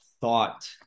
thought